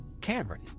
Cameron